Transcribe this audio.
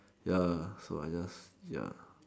ya so I just ya